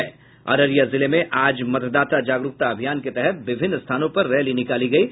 अररिया जिले में आज मतदाता जागरूकता अभियान के तहत विभिन्न स्थानोंपर रैली निकाली गयी